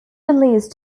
released